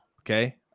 okay